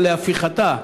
אלא להפיכתה,